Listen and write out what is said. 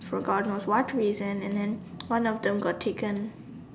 for God knows what reason and then one of them got taken